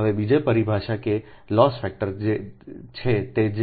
હવે બીજી પરિભાષા કે જે લોસ ફેક્ટર છે તે જ